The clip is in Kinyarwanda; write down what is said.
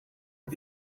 rwa